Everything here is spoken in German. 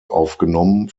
aufgenommen